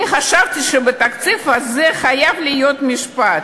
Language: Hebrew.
אני חשבתי שבתקציב הזה חייב להיות משפט: